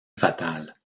fatal